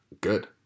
good